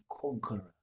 conqueror